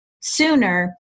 sooner